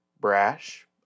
brash